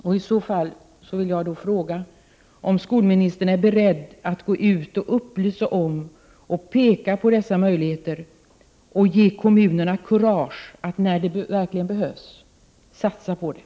Jag vill i så fall fråga om skolministern är beredd att gå ut och upplysa om och peka på dessa möjligheter och ge kommunerna kurage att, när det verkligen behövs, satsa på dem.